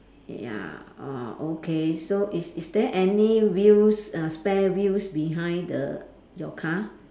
ya uh okay so is is there any wheels uh spare wheels behind the your car